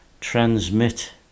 transmit